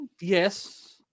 Yes